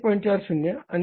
40 आणि 32